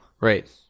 Right